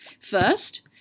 first